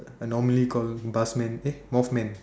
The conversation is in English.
a normally called buzz man eh moth man